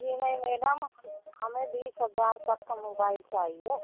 जी नहीं मेडम हमें बीस हजार तक का मोबाइल चाहिए